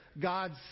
God's